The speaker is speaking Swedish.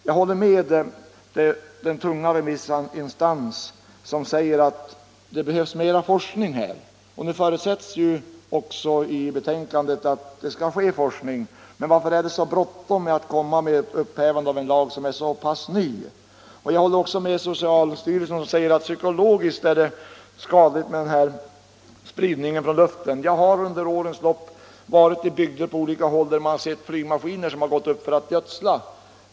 Jag håller med den tunga remissinstans som säger att det behövs mera forskning här, och nu förutsätts ju också i betänkandet att det skall ske forskning. Men varför är det så bråttom med upphävandet av en lag som är så pass ny? Jag håller också med socialstyrelsen som säger att det psykologiskt kan vara skadligt med spridning från luften. Jag har under årens lopp varit i bygder på olika håll där man sett flygmaskiner som gått upp för att gödsla.